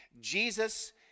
Jesus